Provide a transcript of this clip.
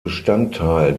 bestandteil